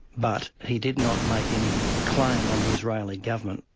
but he did not make any claim on the israeli government,